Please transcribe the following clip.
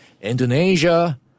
Indonesia